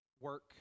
work